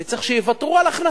אני צריך שיוותרו על הכנסה,